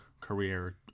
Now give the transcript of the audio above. career